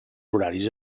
horaris